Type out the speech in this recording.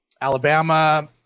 Alabama